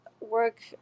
work